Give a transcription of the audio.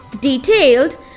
detailed